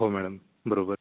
हो मॅडम बरोबर